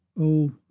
Oh